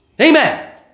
Amen